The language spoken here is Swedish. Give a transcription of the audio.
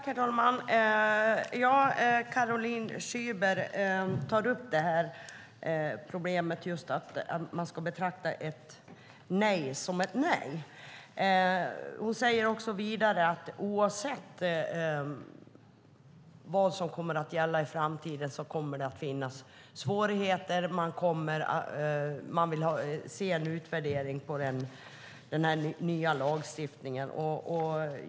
Herr talman! Caroline Szyber tar upp problemet med att man ska betrakta ett nej som ett nej. Hon säger vidare att oavsett vad som kommer att gälla i framtiden kommer det att finnas svårigheter och att man vill se en utvärdering av den nya lagstiftningen.